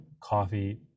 coffee